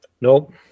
Nope